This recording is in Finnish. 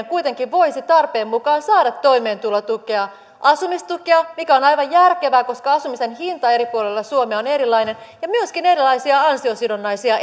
kuitenkin voisi tarpeen mukaan saada toimeentulotukea asumistukea mikä on aivan järkevää koska asumisen hinta eri puolilla suomea on erilainen ja myöskin erilaisia ansiosidonnaisia